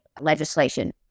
legislation